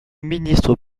ministre